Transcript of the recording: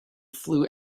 flew